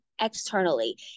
externally